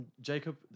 Jacob